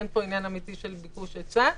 אין פה עניין אמיתי של ביקוש והיצע.